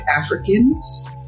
Africans